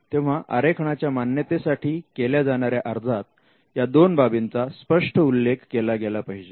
तेव्हा आरेखनाच्या मान्यतेसाठी केल्या जाणाऱ्या अर्जात या दोन बाबींचा स्पष्ट उल्लेख केला गेला पाहिजे